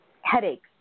headaches